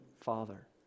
Father